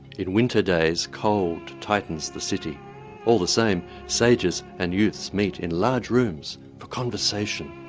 in winter days, cold tightens the city all the same, sages and youths meet in large rooms for conversation.